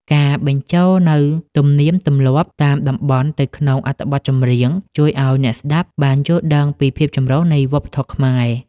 ការបញ្ចូលនូវទំនៀមទម្លាប់តាមតំបន់ទៅក្នុងអត្ថបទចម្រៀង ជួយឱ្យអ្នកស្តាប់បានយល់ដឹងពីភាពចម្រុះនៃវប្បធម៌ខ្មែរ។